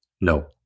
No